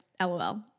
lol